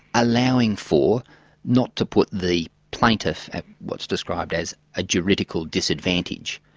allowing for not to put the plaintiff at what's described as ah juridical disadvantage.